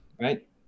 right